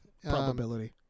Probability